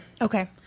Okay